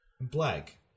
Black